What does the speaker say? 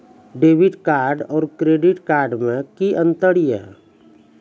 Debit card और credit card मे कि अंतर या?